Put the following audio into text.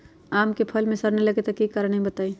आम क फल म सरने कि कारण हई बताई?